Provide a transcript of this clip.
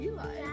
Eli